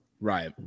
right